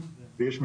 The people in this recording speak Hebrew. הם מאוד